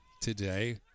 today